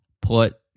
put